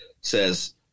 says